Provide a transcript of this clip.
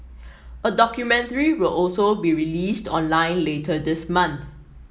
a documentary will also be released online later this month